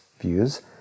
views